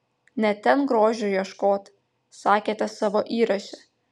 ne ten grožio ieškot sakėte savo įraše